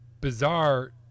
bizarre